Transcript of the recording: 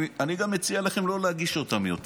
אני גם מציע לכם לא להגיש אותן יותר